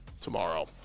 tomorrow